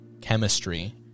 chemistry